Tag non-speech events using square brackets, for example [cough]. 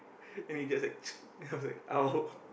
and it just like [noise] and I was like !ow!